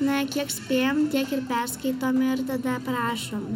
na kiek spėjam tiek ir perskaitom ir tada aprašom